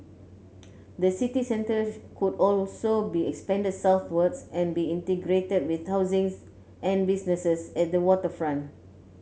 the city centre could also be extended southwards and be integrated with housing and businesses at the waterfront